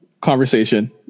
conversation